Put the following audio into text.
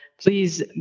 please